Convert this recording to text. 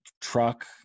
truck